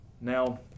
Now